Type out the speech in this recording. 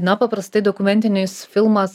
na paprastai dokumentinis filmas